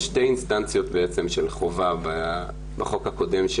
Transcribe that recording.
יש שתי אינסטנציות של חובה בחוק הקודם: